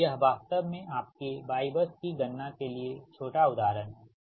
तो यह वास्तव में आपके Y बस की गणना के लिए छोटा उदाहरण है